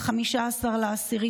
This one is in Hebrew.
ב-15 באוקטובר,